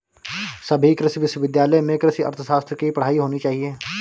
सभी कृषि विश्वविद्यालय में कृषि अर्थशास्त्र की पढ़ाई होनी चाहिए